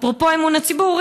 אפרופו אמון הציבור במשטרה,